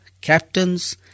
captains